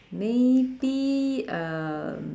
maybe um